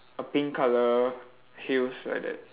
a pink colour heels like that